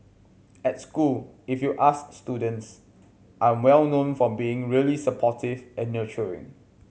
at school if you ask students I'm well known for being really supportive and nurturing